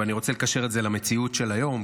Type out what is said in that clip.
ואני רוצה לקשר את זה למציאות של היום,